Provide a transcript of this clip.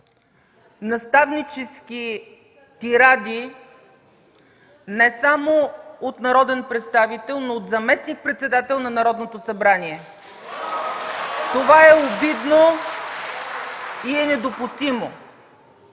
наставнически тиради не само от народен представител, но и от заместник-председател на Народното събрание. (Шум и реплики,